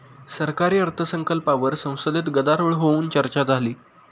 सरकारी अर्थसंकल्पावर संसदेत गदारोळ होऊन चर्चा झाली